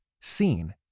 seen